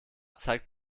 zeigt